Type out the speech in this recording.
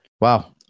Wow